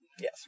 Yes